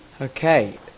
Okay